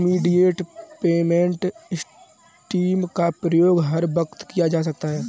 immediate payment system का प्रयोग हर वक्त किया जा सकता है